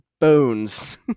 bones